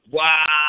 Wow